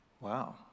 Wow